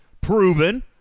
proven